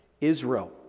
Israel